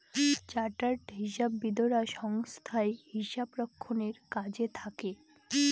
chartered হিসাববিদরা সংস্থায় হিসাব রক্ষণের কাজে থাকে